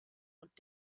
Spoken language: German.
und